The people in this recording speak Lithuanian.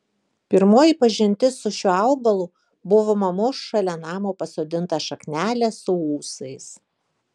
pirmoji pažintis su šiuo augalu buvo mamos šalia namo pasodinta šaknelė su ūsais